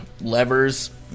levers